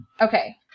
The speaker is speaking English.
Okay